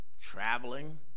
traveling